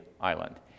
island